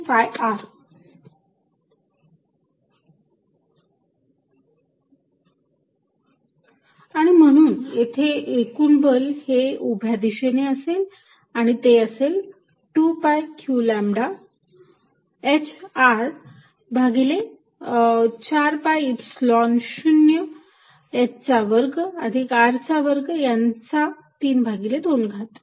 Fqλdl4π01h2R2 Fcosθqλ4π0hh2R232dl dl2πR आणि म्हणून येथे एकूण बल हे उभ्या दिशेने असेल आणि ते असेल 2 pi q lambda h R भागिले 4 पाय ईप्सिलॉन 0 h चा वर्ग अधिक R चा वर्ग यांचा 32 घात